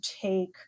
take